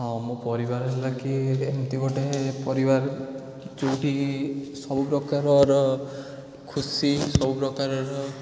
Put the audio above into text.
ହଁ ମୋ ପରିବାର ହେଲା କି ଏମିତି ଗୋଟେ ପରିବାର ଯେଉଁଠି ସବୁପ୍ରକାରର ଖୁସି ସବୁପ୍ରକାରର